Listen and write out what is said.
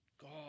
God